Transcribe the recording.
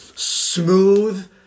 smooth